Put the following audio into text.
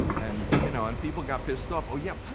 and, you know, and people got pissed off. oh yeah,